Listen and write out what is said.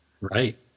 Right